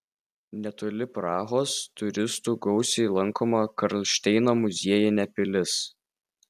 netoli prahos turistų gausiai lankoma karlšteino muziejinė pilis